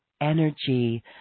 energy